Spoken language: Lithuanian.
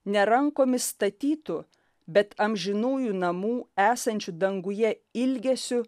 ne rankomis statytų bet amžinųjų namų esančių danguje ilgesiu